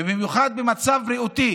ובמיוחד במצב בריאותי.